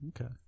Okay